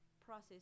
process